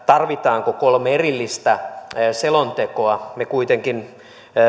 tarvitaanko kolme erillistä selontekoa me kuitenkin